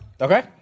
Okay